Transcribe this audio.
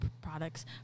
Products